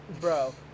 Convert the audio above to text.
bro